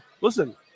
Listen